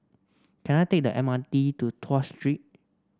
can I take the M R T to Tuas Street